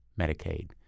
Medicaid